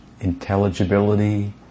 intelligibility